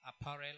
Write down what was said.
apparel